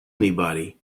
anybody